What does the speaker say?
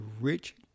rich